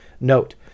Note